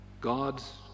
gods